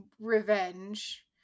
revenge